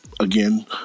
again